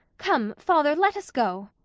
come, father, let us go!